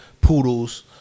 poodles